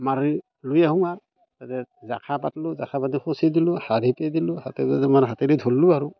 মাৰি লৈ আহোঁ আৰু তাতে জাখা পাতিলোঁ জাখা পাতি খুঁচি দিলোঁ হাৰিতে দিলোঁ হাতেদিতো মোৰ হাতেদি ধৰিলোঁ আৰু